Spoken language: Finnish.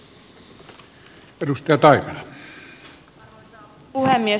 arvoisa puhemies